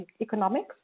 economics